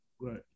Right